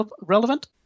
relevant